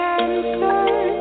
answer